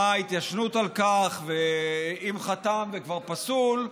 מה ההתיישנות על כך, ואם חתם וכבר פסול,